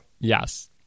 Yes